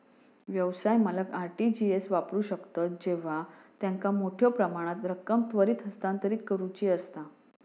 व्यवसाय मालक RTGS वापरू शकतत जेव्हा त्यांका मोठ्यो प्रमाणात रक्कम त्वरित हस्तांतरित करुची असता